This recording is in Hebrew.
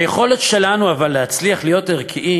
אבל היכולת שלנו להצליח להיות ערכיים